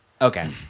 okay